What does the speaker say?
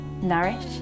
Nourish